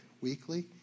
Weekly